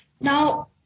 Now